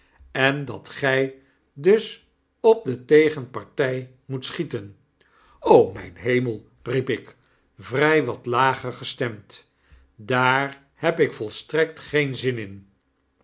en dat gy dus op de tegenparty moet schieten myn hemel riep ik vry wat lager gestemd w daar heb ik volstrekt geen zin in